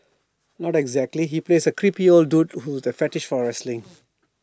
not exactly he plays A creepy old dude with A fetish for wrestling